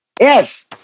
Yes